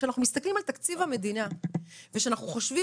כשאנחנו מסתכלים על תקציב המדינה וכשאנחנו חושבים